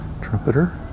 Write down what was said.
Trumpeter